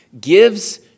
gives